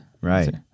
Right